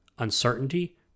uncertainty